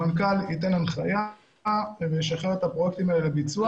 המנכ"ל ייתן הנחיה לשחרר את הפרויקטים האלה לביצוע.